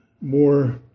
more